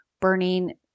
burning